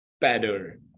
better